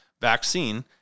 vaccine